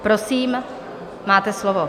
Prosím, máte slovo.